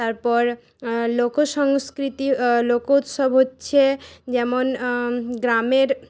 তারপর লোকসংস্কৃতি লোকউৎসব হচ্ছে যেমন গ্রামের